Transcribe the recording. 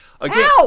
again